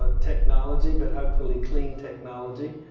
ah technology, but hopefully clean technology.